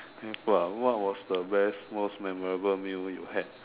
simple what was the best most memorable meal you had